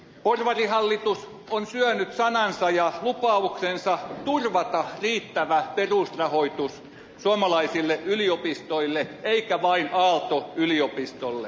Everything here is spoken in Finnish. porvarihallitus on syönyt sanansa ja lupauksensa turvata riittävä perusrahoitus suomalaisille yliopistoille eikä vain aalto yliopistolle